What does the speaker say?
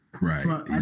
Right